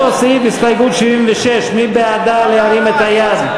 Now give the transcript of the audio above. לאותו סעיף, הסתייגות 76. מי בעדה, להרים את היד.